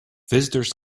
visitors